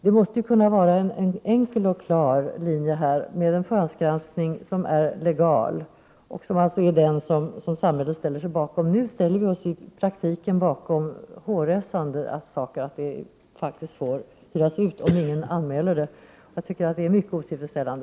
Man måste kunna hålla en enkel och klar linje med en förhandsgranskning som är legal och som samhället ställer sig bakom. Nu tillåter vi i praktiken att hårresande filmer faktiskt får hyras ut om ingen anmäler dem. Jag tycker att det är mycket otillfredsställande.